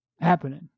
happening